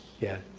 yeah.